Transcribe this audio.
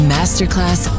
Masterclass